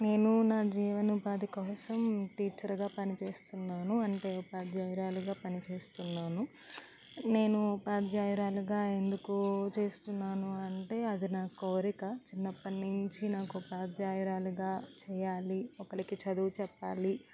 నేను నా జీవన ఉపాధి కోసం టీచర్గా పని చేస్తున్నాను అంటే ఉపాధ్యాయురాలుగా పనిచేస్తున్నాను నేను ఉపాధ్యాయురాలుగా ఎందుకు చేస్తున్నాను అంటే అది నా కోరిక చిన్నప్పటి నుంచి నాకు ఉపాధ్యాయురాలుగా చెయ్యాలి ఒక్కరికి చదువు చెప్పాలి